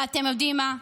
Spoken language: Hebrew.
אבל אתם יודעים מה?